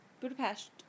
Budapest